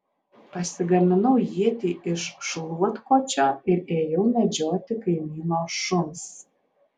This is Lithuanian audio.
pasigaminau ietį iš šluotkočio ir ėjau medžioti kaimyno šuns